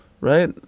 right